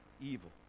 evil